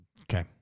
Okay